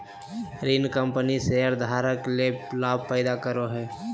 ऋण कंपनी शेयरधारक ले लाभ पैदा करो हइ